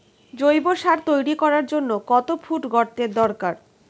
জৈব সার তৈরি করার জন্য কত ফুট গর্তের দরকার?